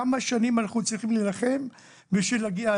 כמה שנים אנחנו צריכים להילחם בשביל להגיע.